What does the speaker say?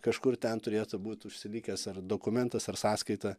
kažkur ten turėtų būt užsilikęs ar dokumentas ar sąskaita